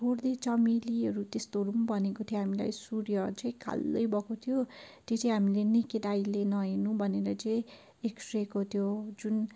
छोड् दे चमेलीहरू त्यस्तोहरू पनि भनेको थियो हामीलाई सूर्य चाहिँ कालै भएको थियो त्यो चाहिँ हामीले नै केटाकेटीले नहेर्नु भनेर चाहिँ एक्सरेको त्यो जुन